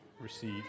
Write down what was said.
receive